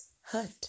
hurt